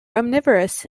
omnivorous